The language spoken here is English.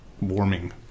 warming